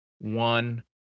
one